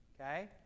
Okay